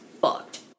fucked